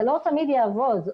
זה לא תמיד יעבוד.